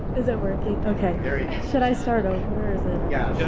isn't working? okay. there you go. should i start over? or is it yeah yeah